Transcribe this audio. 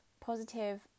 positive